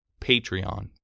Patreon